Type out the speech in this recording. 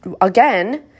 again